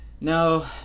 No